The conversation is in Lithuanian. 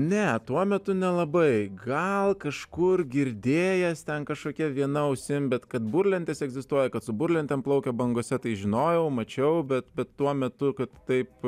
ne tuo metu nelabai gal kažkur girdėjęs ten kažkokia viena ausim bet kad burlentės egzistuoja kad su burlentėm plaukia bangose tai žinojau mačiau bet bet tuo metu kad taip